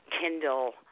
Kindle